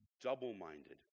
double-minded